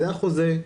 זה החוזה,